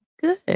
good